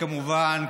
כמובן,